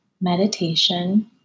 meditation